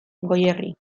goierri